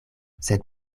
sed